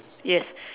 yes